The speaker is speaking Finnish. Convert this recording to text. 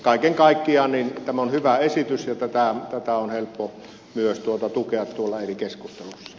kaiken kaikkiaan tämä on hyvä esitys ja tätä on helppo myös tukea tuolla eri keskusteluissa